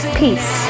peace